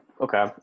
Okay